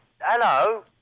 hello